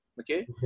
Okay